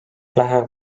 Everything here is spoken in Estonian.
lähen